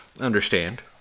understand